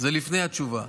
זה לפני התשובה.